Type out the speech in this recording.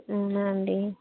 అవునా అండీ